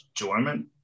enjoyment